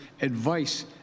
advice